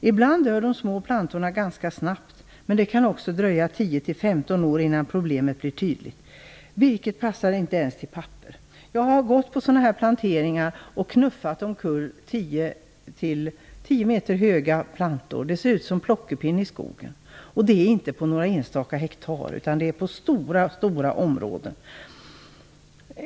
Ibland dör de små plantorna ganska snabbt, men det kan också dröja 10-15 år innan problemet blir tydligt. Virket passar inte ens till papper. Jag har gått på sådana här planteringar och knuffat omkull 10 meter höga plantor. Det ser ut som Plockepinn i skogen. Och det är inte på några enstaka hektar, utan det är på stora områden.